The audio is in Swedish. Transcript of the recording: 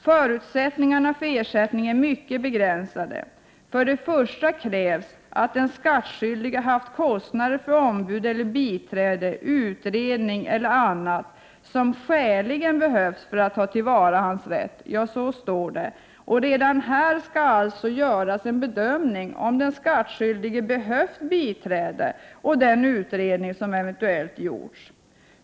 Förutsättningarna för ersättning är mycket begränsade. För det första krävs att den skattskyldige haft kostnader för ombud eller biträde, utredning eller annat som skäligen behövs för att ta till vara hans Prot. 1988/89:124 rätt. Redan här skall det således göras en bedömning av om den skattskyldige 30 maj 1989 behövt biträde och av den utredning som eventuellt gjorts.